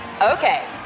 Okay